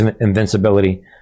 invincibility